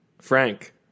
Frank